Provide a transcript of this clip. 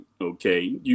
Okay